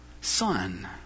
son